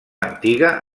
antiga